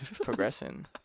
progressing